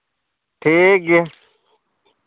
ᱴᱷᱤᱠ ᱜᱮᱭᱟ